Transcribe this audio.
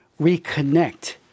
reconnect